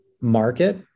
market